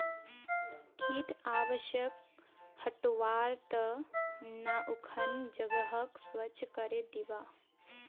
कीट आवासक हटव्वार त न उखन जगहक स्वच्छ करे दीबा